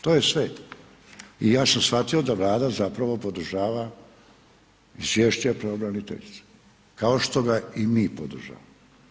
To je sve i ja sam shvatio da Vlada zapravo podržava izvješće pravobraniteljice, kao što ga i mi podržavamo.